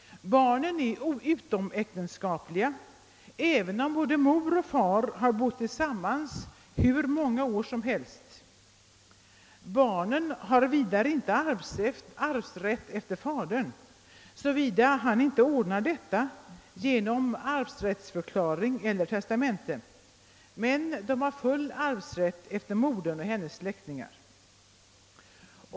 Barnen är utomäktenskapliga hur länge mor och far än har bott tillsammans. Barnen har vidare inte arvsrätt efter fadern, såvida han inte ordnar detta genom arvsrättsförklaring eller testamente, men de har full arvsrätt efter modern och hennes släktingar.